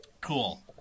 Cool